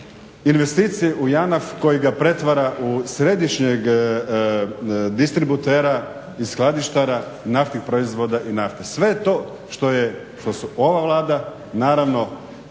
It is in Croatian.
investicije u JANAF koji ga pretvara u središnjeg distributera i skladištara naftnih proizvoda i nafte. Sve je to što su ova Vlada naravno